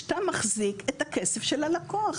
שאתה מחזיק את הכסף של הלקוח,